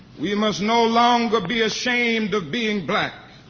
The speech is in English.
we must no longer be ashamed of being black.